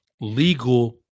legal